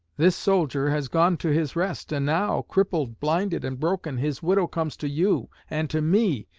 this soldier has gone to his rest, and now, crippled, blinded, and broken, his widow comes to you and to me,